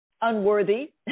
unworthy